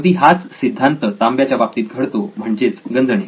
अगदी हाच सिद्धांत तांब्याच्या बाबतीत घडतो म्हणजेच गंजणे